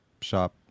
Shop